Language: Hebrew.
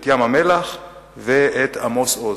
את ים-המלח ואת עמוס עוז.